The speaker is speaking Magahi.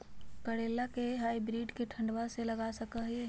करेला के हाइब्रिड के ठंडवा मे लगा सकय हैय?